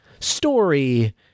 story